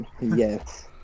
Yes